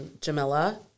Jamila